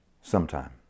sometime